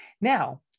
Now